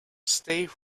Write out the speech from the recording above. stay